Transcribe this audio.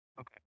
Okay